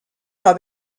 how